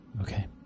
Okay